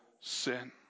sin